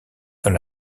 dans